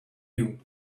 you